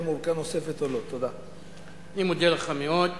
אני מודה לך מאוד.